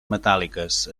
metàl·liques